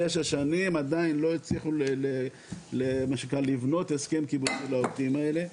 תשע שנים עדיין לא הצליחו לבנות הסכם קיבוצי לעובדים האלה.